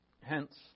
Hence